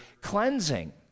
cleansing